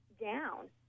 down